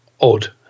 odd